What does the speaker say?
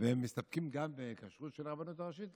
ומסתפקים גם בכשרות של הרבנות הראשית,